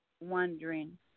wondering